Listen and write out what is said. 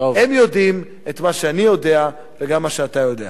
הם יודעים את מה שאני יודע, וגם מה שאתה יודע.